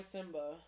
Simba